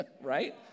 right